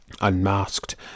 unmasked